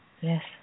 Yes